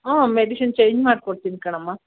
ಹ್ಞೂ medicine change ಮಾಡಿ ಕೊಡ್ತೀನಿ ಕಣಮ್ಮ